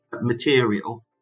material